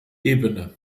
ebene